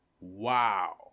Wow